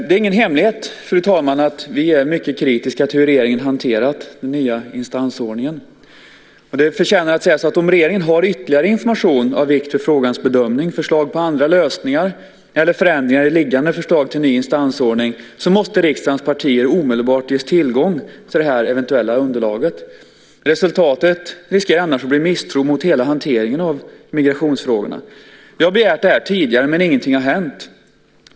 Det är ingen hemlighet, fru talman, att vi är mycket kritiska till hur regeringen har hanterat frågan om den nya instansordningen. Det förtjänar att sägas att om regeringen har ytterligare information av vikt för frågans bedömning, förslag på andra lösningar eller förändringar i liggande förslag till ny instansordning måste riksdagens partier omedelbart ges tillgång till det eventuella underlaget. Resultatet riskerar annars att bli misstro mot hela hanteringen av migrationsfrågorna. Jag har begärt det här tidigare, men ingenting har hänt.